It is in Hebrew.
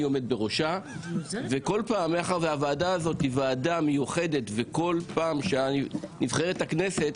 עומד בראשה ומאחר והוועדה הזאת היא ועדה מיוחדת כל פעם שנבחרת כנסת,